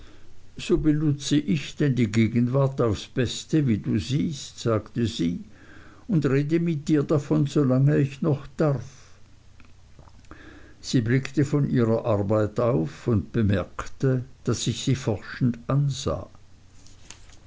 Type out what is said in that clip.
so benutze ich denn die gegenwart aufs beste wie du siehst sagte sie und rede mit dir davon so lange ich noch darf sie blickte von ihrer arbeit auf und bemerkte daß ich sie forschend ansah